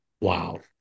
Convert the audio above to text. Wow